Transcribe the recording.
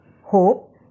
Hope